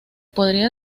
podría